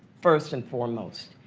first and foremost.